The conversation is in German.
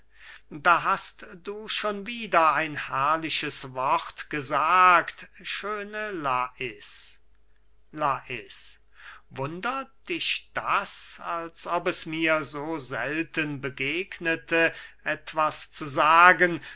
da hast du schon wieder ein herrliches wort gesagt schöne lais lais wundert dich das als ob es mir so selten begegnete etwas zu sagen